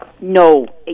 No